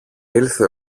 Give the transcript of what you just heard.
ήλθε